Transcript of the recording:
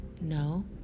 No